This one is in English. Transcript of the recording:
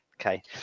Okay